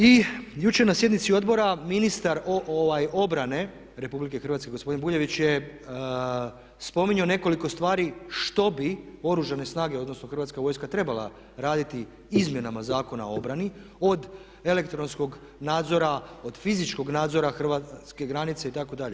I jučer na sjednici odbora ministar obrane RH gospodin Buljević je spominjao nekoliko stvari što bi Oružane snage, odnosno Hrvatska vojska trebala raditi izmjenama Zakona o obrani od elektronskog nadzora, od fizičkog nadzora hrvatske granice itd.